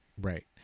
right